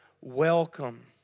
welcome